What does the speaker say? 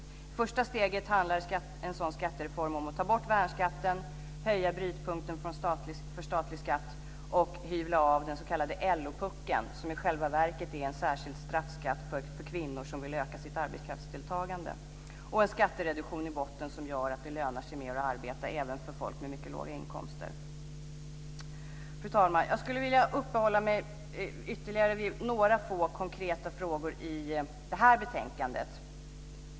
Det första steget i en sådan skattereform handlar om att ta bort värnskatten, höja brytpunkten för statlig skatt och hyvla av den s.k. LO-puckeln, som i själva verket är en särskild straffskatt för kvinnor som vill öka sitt arbetskraftsdeltagande, och att ha en skattereduktion i botten som gör att det lönar sig mer att arbeta även för människor med mycket låga inkomster. Fru talman! Jag skulle vilja uppehålla mig ytterligare vid några få konkreta frågor i detta betänkande.